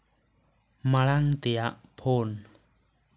ᱢᱟᱲᱟᱝ ᱛᱮᱭᱟᱜ ᱯᱷᱳᱱ